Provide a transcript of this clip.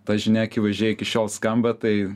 ta žinia akivaizdžiai iki šiol skamba tai